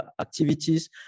activities